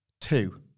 Two